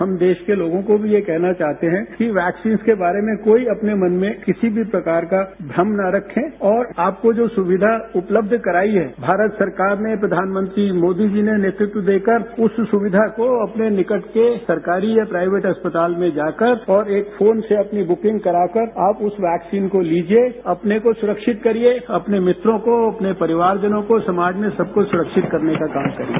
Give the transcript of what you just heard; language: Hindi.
हम देश के लोगों को भी ये कहना चाहते हैं कि वैक्सीन्स के बारे में कोई अपने मन में किसी प्रकार का भ्रम न रखें और आपको जो सुविधा उपलब्ध कराई है भारत सरकार ने प्रधानमंत्री मोदी जी ने नेतृत्व देकर उस सुविधा को अपने निकट के सरकारी या प्राइवेट अस्पताल में जाकर और एक फोन से अपनी बुकिंग कराकर आप उस वैक्सीन को लीजिए अपने को सुरक्षित करिए अपने मित्रों को अपने परिवारजनों को समाज में सबको सुरक्षित करने का काम करिए